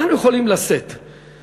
אנחנו יכולים לשאת,